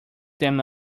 them